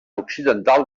occidental